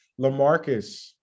Lamarcus